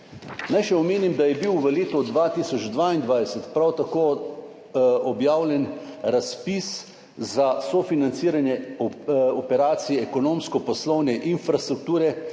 Naj še omenim, da je bil v letu 2022 prav tako objavljen razpis za sofinanciranje operacij ekonomsko-poslovne infrastrukture